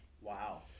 Wow